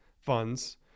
funds